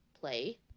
play